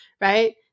right